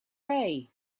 ray